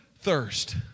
thirst